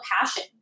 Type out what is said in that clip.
passion